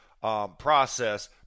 process